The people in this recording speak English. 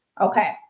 Okay